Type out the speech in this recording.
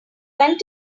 went